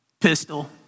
pistol